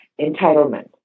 entitlement